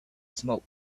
smoke